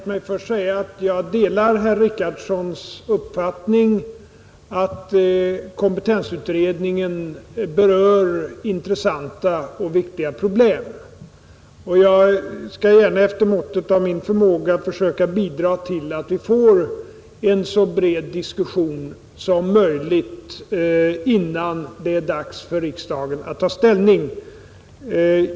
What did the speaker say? Herr talman! Jag delar herr Richardsons uppfattning att kompetensutredningen berör intressanta och viktiga problem och jag skall gärna efter måttet av min förmåga försöka bidra till att vi får en så bred diskussion som möjligt innan det är dags för riksdagen att ta ställning.